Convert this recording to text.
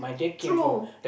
true